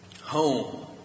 Home